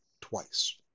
twice